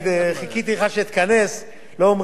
לא אומרים שבחו של האדם בפניו,